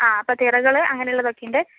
ആ അപ്പോൾ തിറകൾ അങ്ങനെ ഉള്ളതൊക്കെയുണ്ട്